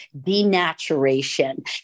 denaturation